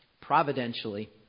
providentially